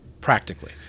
practically